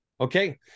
Okay